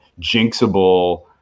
jinxable